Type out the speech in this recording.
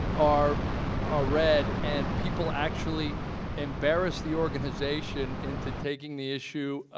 are ah read and people actually embarrass the organization into taking the issue